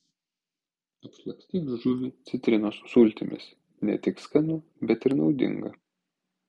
apšlakstyk žuvį citrinos sultimis ne tik skanu bet ir naudinga